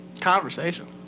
conversation